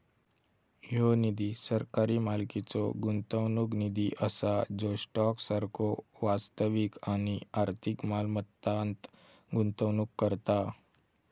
ह्यो निधी सरकारी मालकीचो गुंतवणूक निधी असा जो स्टॉक सारखो वास्तविक आणि आर्थिक मालमत्तांत गुंतवणूक करता